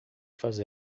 fazer